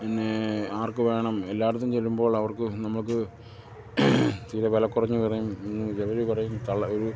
പിന്നെ ആർക്ക് വേണം എല്ലായിടത്തും ചെല്ലുമ്പോൾ അവർക്ക് നമുക്ക് തീരെ വിലക്കുറഞ്ഞു പറയും അവർ പറയും